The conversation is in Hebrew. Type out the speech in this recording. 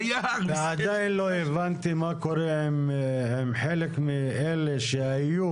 ועדיין לא הבנתי מה קורה עם חלק מאלה שהיו